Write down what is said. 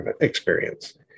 experience